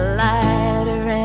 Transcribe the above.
lighter